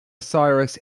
cyrus